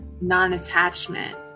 non-attachment